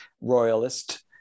royalist